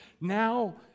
now